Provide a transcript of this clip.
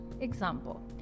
Example